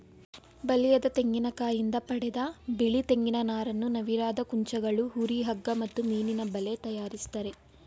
ಬಲಿಯದ ತೆಂಗಿನಕಾಯಿಂದ ಪಡೆದ ಬಿಳಿ ತೆಂಗಿನ ನಾರನ್ನು ನವಿರಾದ ಕುಂಚಗಳು ಹುರಿ ಹಗ್ಗ ಮತ್ತು ಮೀನಿನಬಲೆ ತಯಾರಿಸ್ತರೆ